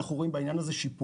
אנחנו ראינו בעניין הזה שיפור,